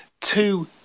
Two